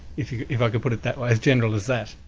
if if i could put it that way, as general as that.